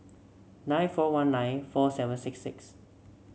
nine four one nine four seven six six